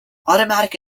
automatic